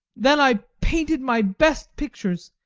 then i painted my best pictures,